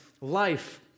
life